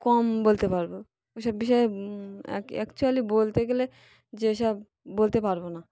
কম বলতে পারবো ওইসব বিষয়ে এক অ্যাকচুয়ালি বলতে গেলে যেসব বলতে পারবো না